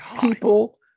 people